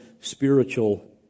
spiritual